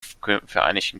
vereinigten